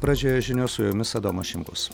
pradžioje žinios su jumis adomas šimkus